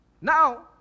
Now